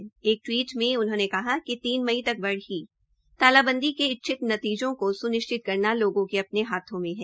कई टवीट कर उन्होंने कहा कि तीन मई तक बढ़ी तालाबंदी के इच्छित नतीजों को सुनिश्चित करना लोगों के अपने हाथ में है